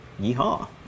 Yeehaw